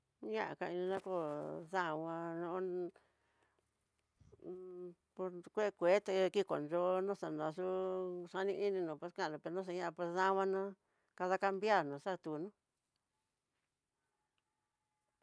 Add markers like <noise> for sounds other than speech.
Ñaka nakó xangua nó <hesitation> por chu kue kuete, kikonyono xanra yu'ú xani ininró pues ka xaña'a pues namaná, cadacambiar naxatuni.